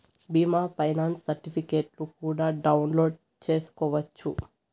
బీమా ఫైనాన్స్ సర్టిఫికెట్లు కూడా డౌన్లోడ్ చేసుకోవచ్చు